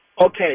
Okay